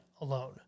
alone